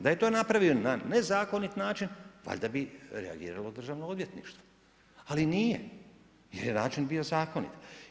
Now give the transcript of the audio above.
Da je to napravio na nezakonit način, valjda bi reagiralo državno odvjetništvo, ali nije, jer je način bio zakonit.